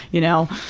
you know?